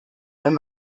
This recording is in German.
wenn